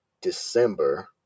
December